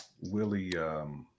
Willie